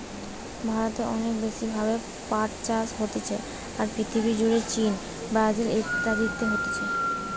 ভারতে অনেক বেশি ভাবে পাট চাষ হতিছে, আর পৃথিবী জুড়ে চীন, ব্রাজিল ইত্যাদিতে হতিছে